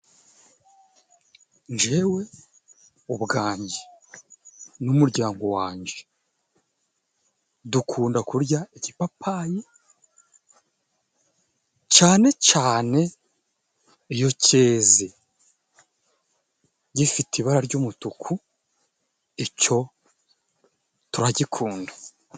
Njyewe ubwanjye n'umuryango wanjye, dukunda kurya ikipapayi, cyane cyane iyo cyeze, gifite ibara ry'umutuku, icyo turagikunda.